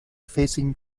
facing